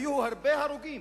היו הרבה הרוגים,